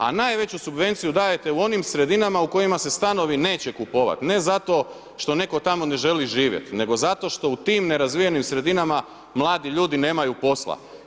Najveću subvenciju dajete u onim sredinama u kojima se stanovi neće kupovati ne zato što nitko tamo ne želi živjeti, nego zato što u tim nerazvijenim sredinama mladi ljudi nemaju posla.